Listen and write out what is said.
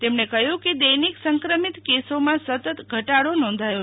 તેમણે કહ્યું કે દૈનિક સંક્રમિત કેસોના સતત ઘટાડો નોંધાય છે